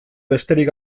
besterik